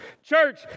Church